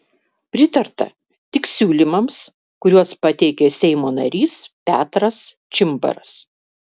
pritarta tik siūlymams kuriuos pateikė seimo narys petras čimbaras